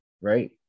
right